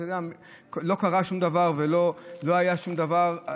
לא קרה שום דבר ולא היה שום דבר.